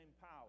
power